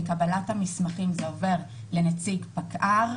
בקבלת המסמכים זה עובר לנציג פקע"ר,